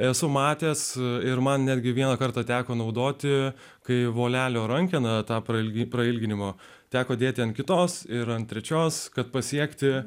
esu matęs ir man netgi vieną kartą teko naudoti kai volelio rankena tapo ilgi prailginimo teko dėti ant kitos ir ant trečios kad pasiekti